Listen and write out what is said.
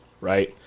right